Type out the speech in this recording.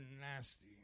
nasty